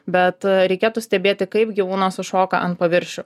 bet reikėtų stebėti kaip gyvūnas užšoka ant paviršių